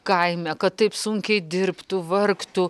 kaime kad taip sunkiai dirbtų vargtų